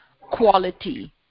quality